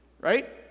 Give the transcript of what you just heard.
Right